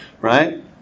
Right